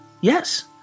yes